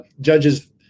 judges